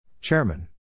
Chairman